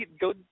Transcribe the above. go